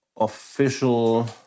official